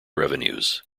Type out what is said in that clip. revenues